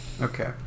Okay